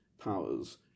powers